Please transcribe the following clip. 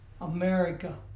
America